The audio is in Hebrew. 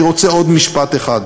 אני רוצה לומר עוד משפט אחד.